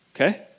okay